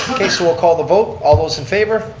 okay, so we'll call the vote. all those in favor.